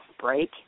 break